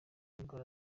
indwara